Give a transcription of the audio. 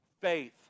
Faith